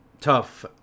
tough